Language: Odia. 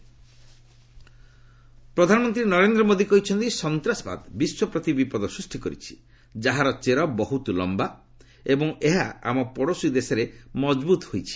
ପିଏମ୍ ଟେରର୍ ପ୍ରଧାନମନ୍ତ୍ରୀ ନରେନ୍ଦ୍ର ମୋଦି କହିଛନ୍ତି ସନ୍ତାସବାଦ ବିଶ୍ୱ ପ୍ରତି ବିପଦ ସୃଷ୍ଟି କରିଛି ଯାହାର ଚେର ବହୁତ ଲମ୍ବା ଏବଂ ଏହା ଆମ ପଡ଼ୋଶୀ ଦେଶରେ ମଜବୁତ୍ ହୋଇଛି